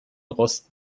rosten